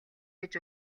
гэж